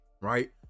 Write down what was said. Right